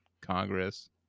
Congress